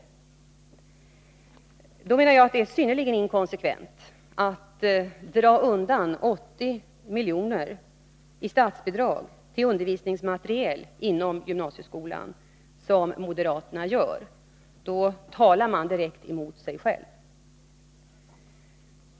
Därför menar jag att det är synnerligen inkonsekvent att dra undan 80 miljoner från statsbidragen till undervisningsmateriel inom gymnasieskolan, vilket moderaterna vill göra. Då talar de direkt mot sig själva.